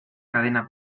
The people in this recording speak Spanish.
cadena